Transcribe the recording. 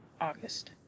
August